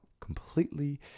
completely